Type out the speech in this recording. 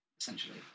essentially